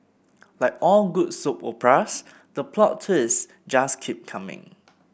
like all good soap operas the plot twists just keep coming